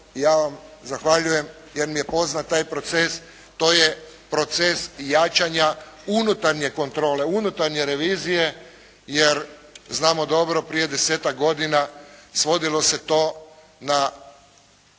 ja vam zahvaljujem jer mi je poznat taj proces, to je proces jačanja unutarnje kontrole unutarnje revizije jer znamo dobro prije desetak godina svodilo se to na